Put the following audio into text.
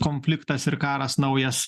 konfliktas ir karas naujas